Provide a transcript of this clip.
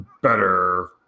better